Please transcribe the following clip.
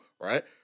right